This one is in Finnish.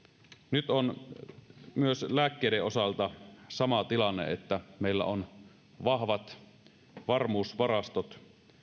nyt on myös lääkkeiden osalta sama tilanne että meillä on vahvat varmuusvarastot